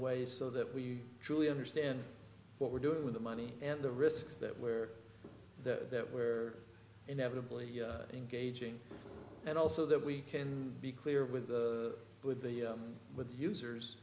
way so that we truly understand what we're doing with the money and the risks that where that we're inevitably engaging and also that we can be clear with the with the with the users